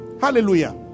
Hallelujah